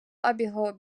обігу